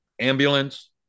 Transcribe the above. ambulance